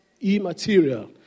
immaterial